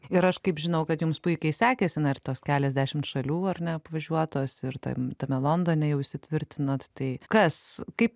ir aš kaip žinau kad jums puikiai sekėsi na ir tos keliasdešimt šalių ar ne apvažiuotos ir tam tame londone jau įsitvirtinot tai kas kaip